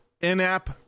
in-app